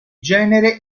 genere